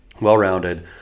well-rounded